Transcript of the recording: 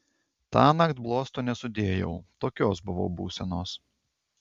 tąnakt bluosto nesudėjau tokios buvau būsenos